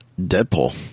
Deadpool